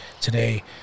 today